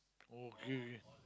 okay